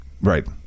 Right